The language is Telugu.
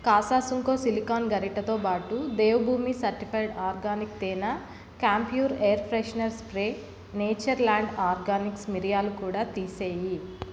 కాసాసుంకో సిలికాన్ గరిటెతో బాటు దేవ్ భూమి సర్టిఫైడ్ ఆర్గానిక్ తేనె Camphure air freshener spray Nature Land Organics మిరియాలు కూడా తీసేయి